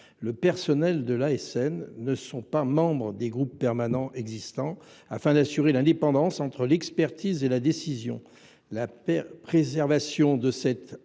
Les personnels de l’ASN ne sont pas membres des groupes permanents existants, de manière à assurer l’indépendance entre l’expertise et la décision. La préservation de cette indépendance